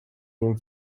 nim